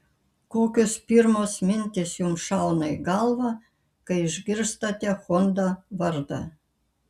kokios pirmos mintys jums šauna į galvą kai išgirstate honda vardą